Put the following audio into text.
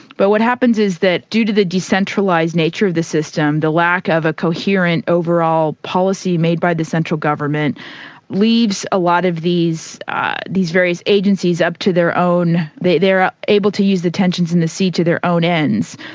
but what happens is that due to the decentralised nature of the system, the lack of a coherent overall policy made by the central government leaves a lot of these these various agencies up to their own, they are able to use the tensions in the sea to their own ends.